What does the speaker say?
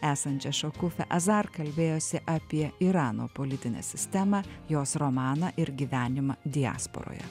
esančią šakufe azar kalbėjosi apie irano politinę sistemą jos romaną ir gyvenimą diasporoje